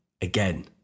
again